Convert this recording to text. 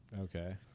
Okay